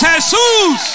Jesus